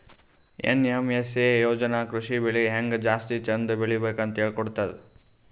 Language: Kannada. ಏನ್.ಎಮ್.ಎಸ್.ಎ ಯೋಜನಾ ಕೃಷಿ ಬೆಳಿ ಹೆಂಗ್ ಜಾಸ್ತಿ ಚಂದ್ ಬೆಳಿಬೇಕ್ ಅಂತ್ ಹೇಳ್ಕೊಡ್ತದ್